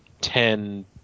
ten